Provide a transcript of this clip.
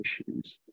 issues